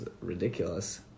ridiculous